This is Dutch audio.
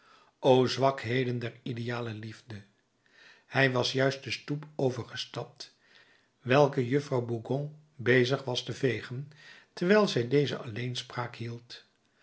o zwakheden der ideale liefde hij was juist de stoep overgestapt welke juffrouw bougon bezig was te vegen terwijl zij deze alleenspraak hield